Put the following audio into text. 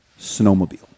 snowmobile